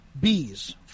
bees